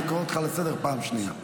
אני קורא אותך לסדר בפעם השנייה.